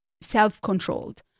self-controlled